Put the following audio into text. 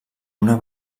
una